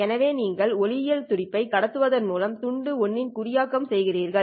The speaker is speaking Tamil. எனவே நீங்கள் ஒளியியல் துடிப்பை கடத்துவதின் மூலம் துண்டு 1 ஐ குறியாக்கம் செய்கிறீர்கள்